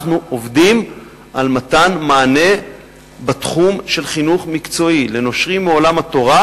אנחנו עובדים על מתן מענים בתחום של חינוך מקצועי לנושרים מעולם התורה,